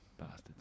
bastards